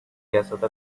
yasada